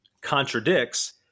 contradicts